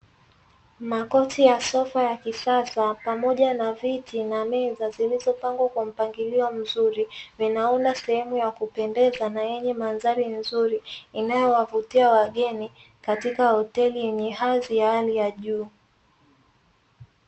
Makochi ya sofa ya kisasa pamoja na viti na meza zilizopangwa kwa mpangilio mzuri, vinaunda sehemu ya kupendeza na yenye mandhari nzuri, inayowavutia wageni katika hoteli yenye hadhi ya hali ya juu.